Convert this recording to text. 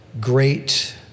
great